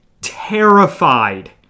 terrified